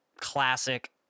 classic